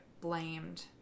blamed